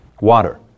Water